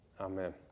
Amen